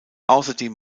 außerdem